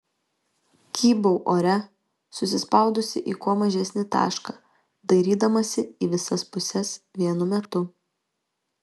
kybau ore susispaudusi į kuo mažesnį tašką dairydamasi į visas puses vienu metu